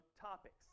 topics